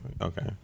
Okay